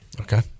Okay